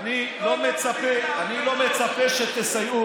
אני לא מצפה שתסייעו,